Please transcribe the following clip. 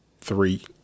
three